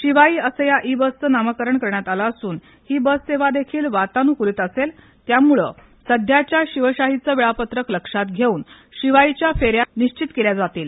शिवाई असं या ई बसचं नामकरण करण्यात आलं असून ही बस सेवा देखील वातानुकूलित असेल त्यामुळं सध्याच्या शिवशाहीचं वेळापत्रक लक्षात घेऊन शिवाईच्या फेऱ्या निश्वित केल्या जातील